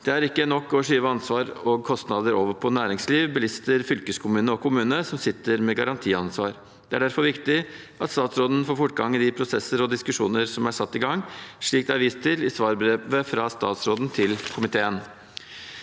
Det er ikke nok å skyve ansvar og kostnader over på næringsliv, bilister, fylkeskommune og kommune, som sitter med garantiansvar. Det er derfor viktig at statsråden får fortgang i de prosesser og diskusjoner som er satt i gang, slik det er vist til i svarbrevet fra statsråden til komiteen.